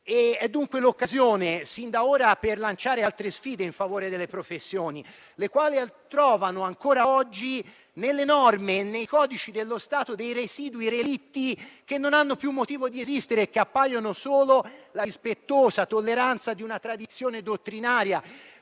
È dunque l'occasione sin d'ora per lanciare altre sfide in favore delle professioni, le quali trovano ancora oggi nelle norme e nei codici dello Stato relitti residui che non hanno più motivo di esistere e che appaiono solo come una rispettosa tolleranza della tradizione dottrinaria.